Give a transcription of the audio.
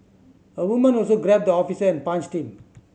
a woman also grabbed the officer and punched him